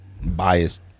Biased